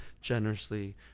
generously